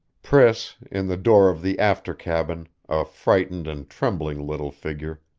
priss, in the door of the after cabin, a frightened and trembling little figure,